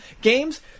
Games